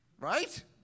Right